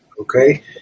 okay